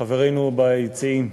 חברינו ביציעים,